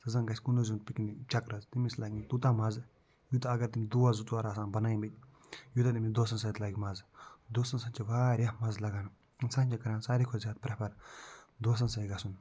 سُہ زَنہٕ گژھِ کُنُے زوٚن پِکنِک چَکرَس تٔمِس لَگہِ نہٕ تیوٗتاہ مَزٕ یوٗتاہ اگر تٔمِس دوس زٕ ژور آسَن بنٲیمٕتۍ یوٗتاہ تٔمِس دوستَن سۭتۍ لَگہِ مَزٕ دوستَن سۭتۍ چھِ واریاہ مَزٕ لگان اِنسان چھِ کران سارِوی کھۄتہٕ زیادٕ پرٛٮ۪فر دوستَن سۭتۍ گژھُن